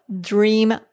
Dream